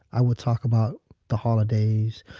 i would talk about the holidays,